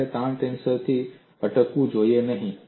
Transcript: તમારે તાણ ટેન્સર થી અટકવું જોઈએ નહીં